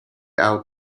out